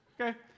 Okay